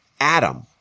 Adam